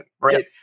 right